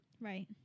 Right